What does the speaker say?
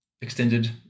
extended